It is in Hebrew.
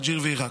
אלג'יר ועיראק.